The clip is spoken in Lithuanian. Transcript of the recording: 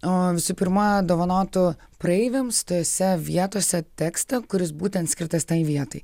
o visų pirma dovanotų praeiviams tose vietose tekstą kuris būtent skirtas tai vietai